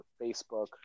facebook